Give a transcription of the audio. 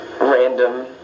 random